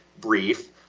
brief